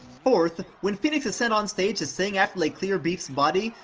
fourth, when phoenix is sent on stage to sing after they clear beef's body,